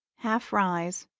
half rise,